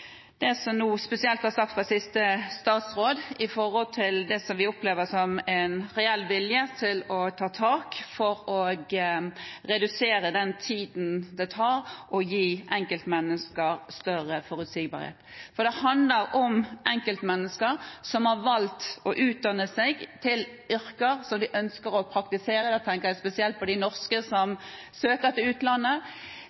det som spesielt er blitt sagt av siste statsråd nå, om det vi opplever som en reell vilje til å ta tak for å redusere den tiden det tar å gi enkeltmennesker større forutsigbarhet. Det handler om enkeltmennesker som har valgt å utdanne seg til yrker som de ønsker å praktisere. Da tenker jeg spesielt på de norske som